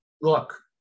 look